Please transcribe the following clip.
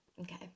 okay